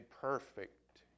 perfect